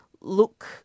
look